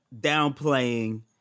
downplaying